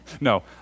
No